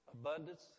Abundance